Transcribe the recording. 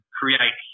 create